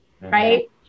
Right